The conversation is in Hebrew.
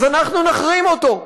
אז אנחנו נחרים אותו,